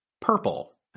purple